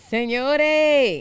Señores